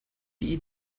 die